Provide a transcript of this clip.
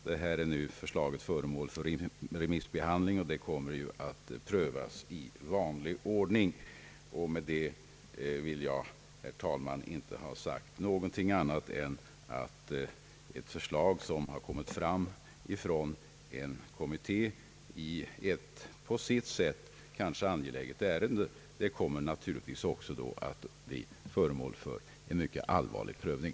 Förslaget är nu föremål för remissbehandling, och det kommer därefter att prövas i vanlig ordning och det blir naturligtvis därvid också föremål för en ingående penetrering.